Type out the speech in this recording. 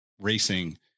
racing